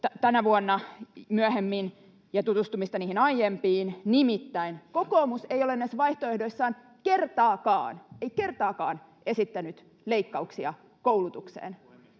tänä vuonna myöhemmin — ja tutustumista niihin aiempiin. Nimittäin kokoomus ei ole näissä vaihtoehdoissaan kertaakaan — ei kertaakaan — esittänyt leikkauksia koulutukseen,